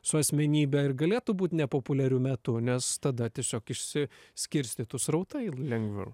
su asmenybe ir galėtų būt nepopuliariu metu nes tada tiesiog išsi skirstytų srautui lengviau